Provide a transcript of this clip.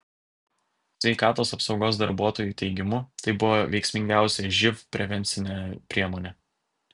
sveikatos apsaugos darbuotojų teigimu tai buvo veiksmingiausia živ prevencinė priemonė